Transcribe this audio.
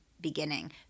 beginning